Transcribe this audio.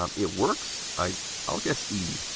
um it works. i'll i'll guess e,